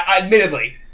Admittedly